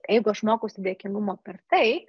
jeigu aš mokausi dėkingumo per tai